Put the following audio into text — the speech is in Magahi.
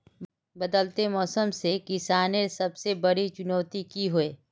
बदलते मौसम से किसानेर सबसे बड़ी चुनौती की होय?